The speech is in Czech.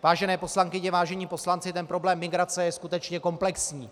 Vážené poslankyně, vážení poslanci, problém migrace je skutečně komplexní.